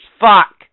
Fuck